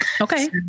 Okay